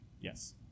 yes